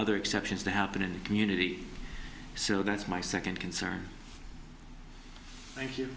other exceptions to happen in the community so that's my second concern